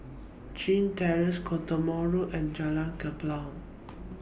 Chin Terrace Cottesmore Road and Jalan Kelempong